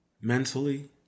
mentally